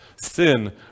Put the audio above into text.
Sin